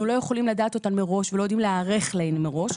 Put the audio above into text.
לא יכולים לדעת אותן מראש ולא יודעים להיערך להן מראש.